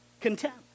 contempt